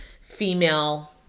female